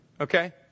Okay